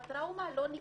הטראומה לא נגמרה.